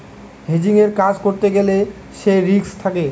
হেজিংয়ের কাজ করতে গ্যালে সে রিস্ক থাকে